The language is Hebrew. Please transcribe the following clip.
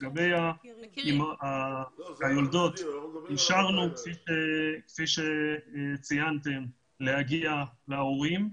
לגבי היולדות אישרנו, כפי שציינתם, להורים להגיע.